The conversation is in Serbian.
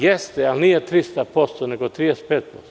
Jeste, ali nije 300%, nego 35%